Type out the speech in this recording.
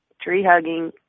tree-hugging